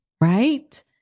right